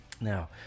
now